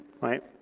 Right